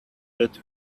that